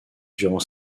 durant